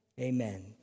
Amen